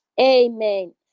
Amen